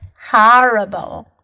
horrible